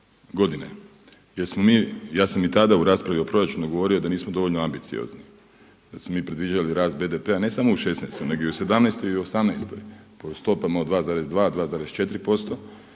godine. Ja sam i tada u raspravi o proračunu govorio da nismo dovoljno ambiciozni jer smo mi predviđali rast BDP-a ne samo u 2016. nego i u 2017. i 2018. koji stopama od 2,2, 2,4%